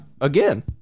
Again